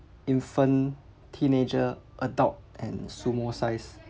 infant teenager adult and sumo sized